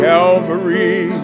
Calvary